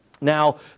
Now